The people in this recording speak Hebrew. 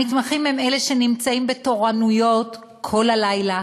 המתמחים הם אלה שנמצאים בתורנויות כל הלילה,